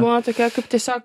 būna tokia kaip tiesiog